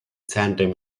tandem